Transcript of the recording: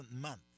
month